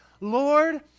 Lord